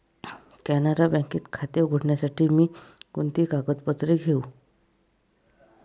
कॅनरा बँकेत खाते उघडण्यासाठी मी कोणती कागदपत्रे घेऊ?